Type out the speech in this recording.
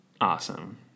Awesome